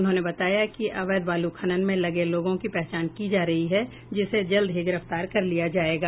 उन्होंने बताया कि अवैध बालू खनन में लगे लोगों को पहचान की जा रही है जिसे जल्द ही गिरफ्तार कर लिया जायेगा